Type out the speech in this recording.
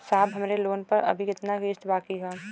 साहब हमरे लोन पर अभी कितना किस्त बाकी ह?